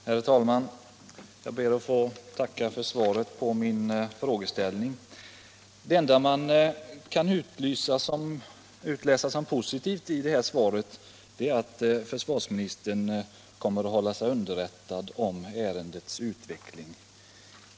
Herr talman! Jag ber att få tacka för svaret på min fråga. Det enda man kan utläsa som positivt i det här svaret är att försvarsministern kommer att hålla sig underrättad om ärendets utveckling.